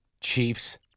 Chiefs